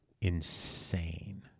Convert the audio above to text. insane